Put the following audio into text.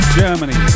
germany